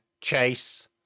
Chase